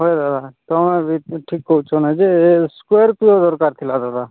ହଏ ଦାଦା ତୁମେ ବି ତ ଠିକ୍ କହୁଛ ନାଇଁ ଯେ ଏ ସ୍କୋର୍ପିଓ ଦରକାର୍ ଥିଲା ଦାଦା